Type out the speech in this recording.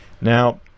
now